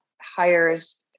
hires